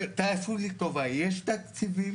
ותעשו לי טובה, יש תקציבים